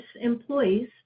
employees